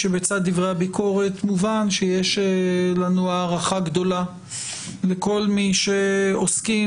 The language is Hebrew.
שבצד דברי הביקורת מובן שיש לנו הערכה גדולה לכל מי שעוסקים